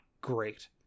great